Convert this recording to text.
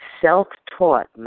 self-taught